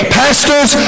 pastors